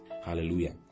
Hallelujah